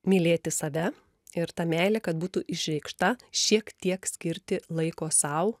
mylėti save ir ta meilė kad būtų išreikšta šiek tiek skirti laiko sau